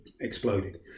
exploded